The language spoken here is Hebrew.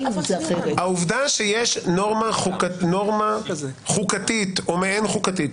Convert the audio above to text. העובדה שיש נורמה חוקתית או מעין חוקתית